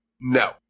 No